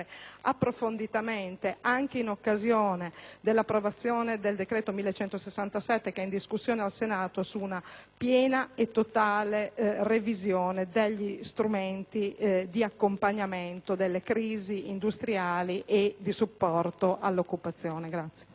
approfonditamente, anche in occasione dell'approvazione del disegno di legge n. 1167, in discussione al Senato, su una piena e totale revisione degli strumenti di accompagnamento delle crisi industriali e di supporto all'occupazione.